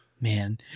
Man